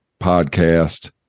podcast